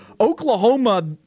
Oklahoma